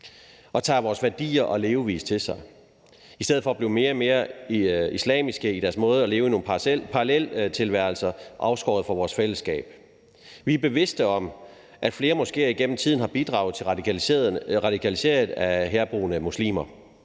og tager vores værdier og levevis til sig i stedet for at blive mere og mere islamiske i deres måde at leve nogle paralleltilværelser på, afskåret fra vores fællesskab. Vi er bevidste om, at flere moskéer igennem tiden har bidraget til radikalisering af herboende muslimer.